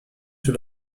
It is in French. sur